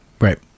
right